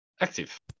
active